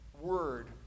word